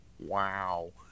Wow